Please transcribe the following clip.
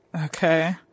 Okay